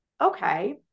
okay